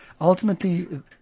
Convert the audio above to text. Ultimately